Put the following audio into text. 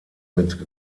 mit